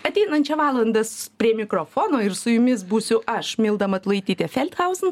ateinančią valandas prie mikrofono ir su jumis būsiu aš milda matulaitytė feldhauzen